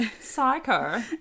psycho